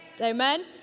amen